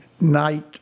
night